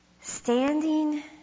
standing